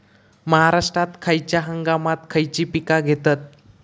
महाराष्ट्रात खयच्या हंगामांत खयची पीका घेतत?